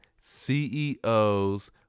CEOs